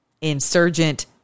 insurgent